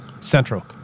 Central